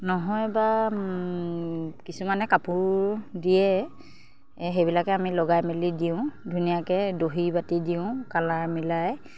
নহয় বা কিছুমানে কাপোৰো দিয়ে সেইবিলাকে আমি লগাই মেলি দিওঁ ধুনীয়াকৈ দহি বাটি দিওঁ কালাৰ মিলাই